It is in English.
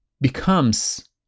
becomes